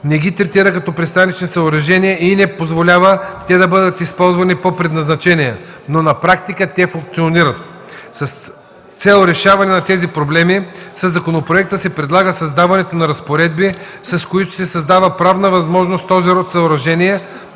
не ги третира като пристанищни съоръжения и не позволява те да бъдат използвани по предназначение, но на практика те функционират. С цел разрешаване на тези проблеми със законопроекта се предлага създаването на разпоредби, с които се създава правна възможност този род съоръжения